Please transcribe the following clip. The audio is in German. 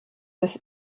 des